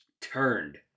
turned